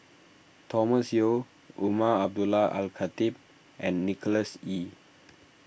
Thomas Yeo Umar Abdullah Al Khatib and Nicholas Ee